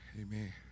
Amen